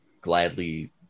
gladly